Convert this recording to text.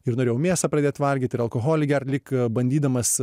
ir norėjau mėsą pradėt valgyt alkoholį gert lyg bandydamas